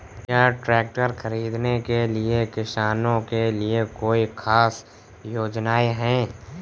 क्या ट्रैक्टर खरीदने के लिए किसानों के लिए कोई ख़ास योजनाएं हैं?